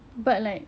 but like